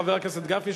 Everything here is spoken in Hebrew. חבר הכנסת גפני,